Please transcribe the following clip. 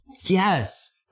yes